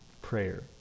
prayer